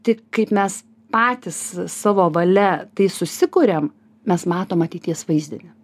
tik kaip mes patys savo valia tai susikuriam mes matom ateities vaizdinį